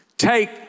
Take